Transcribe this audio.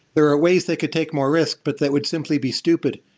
there are ways they could take more risk, but that would simply be stupid,